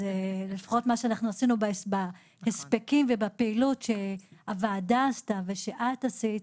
לפחות ההספקים שלנו והפעילות שהוועדה עשתה ושאת עשית,